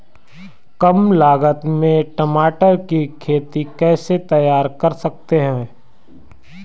कम लागत में टमाटर की खेती कैसे तैयार कर सकते हैं?